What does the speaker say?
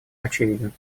очевиден